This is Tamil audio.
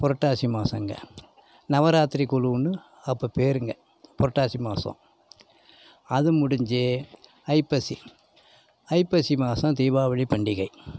புரட்டாசி மாதங்க நவராத்திரி குழு ஒன்று அப்போ பேயிருங்குங்க புரட்டாசி மாதம் அது முடிஞ்சி ஐப்பசி ஐப்பசி மாதம் தீபாவளி பண்டிகை